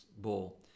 ball